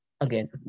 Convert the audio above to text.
again